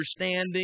understanding